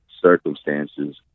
circumstances